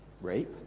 rape